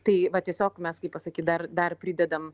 tai va tiesiog mes kaip pasakyt dar dar pridedam